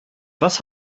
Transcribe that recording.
was